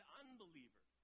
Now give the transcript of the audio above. unbeliever